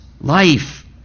life